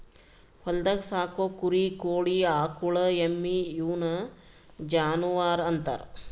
ಹೊಲ್ದಾಗ್ ಸಾಕೋ ಕುರಿ ಕೋಳಿ ಆಕುಳ್ ಎಮ್ಮಿ ಇವುನ್ ಜಾನುವರ್ ಅಂತಾರ್